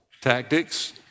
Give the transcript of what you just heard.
tactics